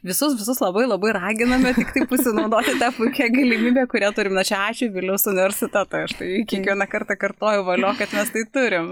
visus visus labai labai raginame tiktai pasinaudoti ta puikia galimybe kurią turim na čia ačiū vilniaus universiteto verslui aš tai kiekvieną kartą kartoju valio kad mes tai turim